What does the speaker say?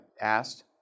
asked